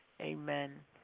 amen